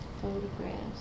photographs